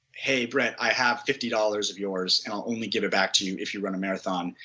hey, brett i have fifty dollars of yours and i'll only give it back to you if you run a marathon,